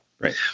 Right